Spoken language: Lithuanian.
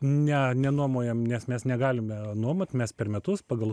ne nenuomojam nes mes negalime nuomot mes per metus pagal